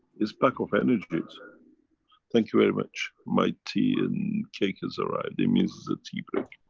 its packs of energies. thank you very much. my tea and cake has arrived. it means its a tea break.